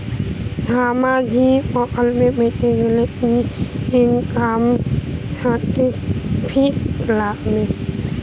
সামাজীক প্রকল্প পেতে গেলে কি ইনকাম সার্টিফিকেট লাগবে?